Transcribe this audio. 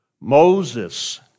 Moses